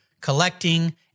collecting